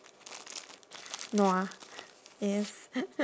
nua yes